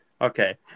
Okay